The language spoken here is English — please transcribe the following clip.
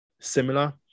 similar